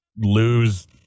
lose